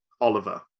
Oliver